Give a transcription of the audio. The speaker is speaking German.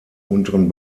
unteren